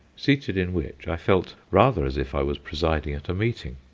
seated in which i felt rather as if i was presiding at a meeting.